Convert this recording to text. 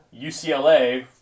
UCLA